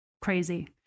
Crazy